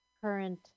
current